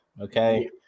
Okay